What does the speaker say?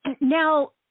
now